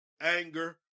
anger